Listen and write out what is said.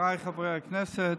חבריי חברי הכנסת,